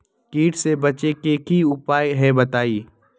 कीट से बचे के की उपाय हैं बताई?